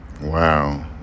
wow